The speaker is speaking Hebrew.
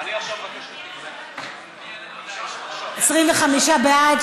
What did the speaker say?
מי בעד?